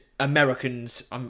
Americans